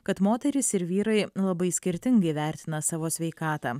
kad moterys ir vyrai labai skirtingai vertina savo sveikatą